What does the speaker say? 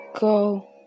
go